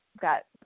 got